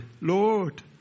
Lord